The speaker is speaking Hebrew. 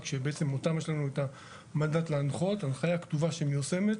שבעצם אותם יש לנו את המנדט להנחות הנחיה כתובה שמיושמת,